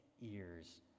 ears